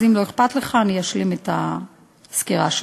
אז אם לא אכפת לך אני אשלים את הסקירה שלי,